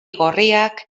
gorriak